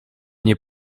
nie